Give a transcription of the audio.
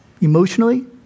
Emotionally